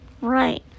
right